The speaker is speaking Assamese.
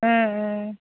ও ও